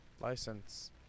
license